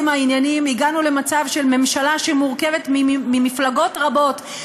העניינים הגענו למצב של ממשלה שמורכבת ממפלגות רבות,